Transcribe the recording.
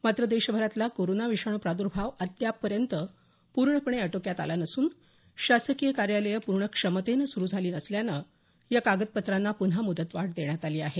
मात्र देशभरातला कोरोना विषाणू प्राद्र्भाव अद्यापपर्यंत पर्णपणे आटोक्यात आलेला नसून शासकीय कार्यालयं पुर्ण क्षमतेनं सुरू झाली नसल्यानं या कागदपत्रांना पुन्हा मुदतवाढ देण्यात आली आहे